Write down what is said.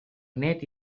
net